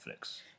Netflix